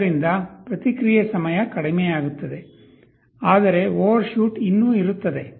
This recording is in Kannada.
ಆದ್ದರಿಂದ ಪ್ರತಿಕ್ರಿಯೆ ಸಮಯ ಕಡಿಮೆಯಾಗುತ್ತದೆ ಆದರೆ ಓವರ್ಶೂಟ್ ಇನ್ನೂ ಇರುತ್ತದೆ